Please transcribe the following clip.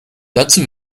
dazu